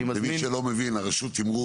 אני מזמין -- למי שלא מבין רשות התמרור